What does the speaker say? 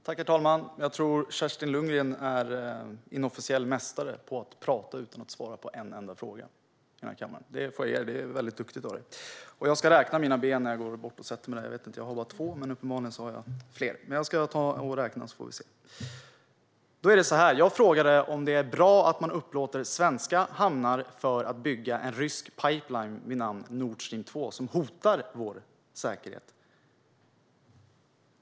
Herr talman! Jag tror att Kerstin Lundgren är inofficiell mästare i den här kammaren i att prata utan att svara på en enda fråga. Det får jag ge dig; det är duktigt av dig! Jag ska räkna mina ben när jag går bort och sätter mig. Jag har bara två, men uppenbarligen har jag kanske fler. Jag ska ta och räkna så får vi se. Jag frågade om det är bra att man upplåter svenska hamnar för att bygga en rysk pipeline vid namn Nordstream 2 som hotar vår säkerhet.